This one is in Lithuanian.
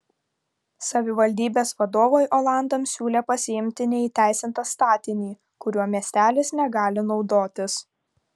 savivaldybės vadovai olandams siūlė pasiimti neįteisintą statinį kuriuo miestelis negali naudotis